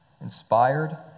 inspired